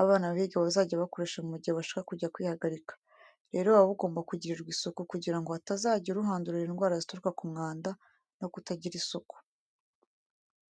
abana bahiga bazajya bakoresha mu gihe bashaka kujya kwihagarika. Rero, buba bugomba kugirirwa isuku kugira ngo hatazagira uhandurira indwara zituruka ku mwanda no kutagira isuku.